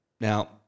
now